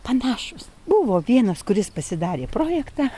panašūs buvo vienas kuris pasidarė projektą